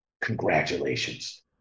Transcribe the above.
Congratulations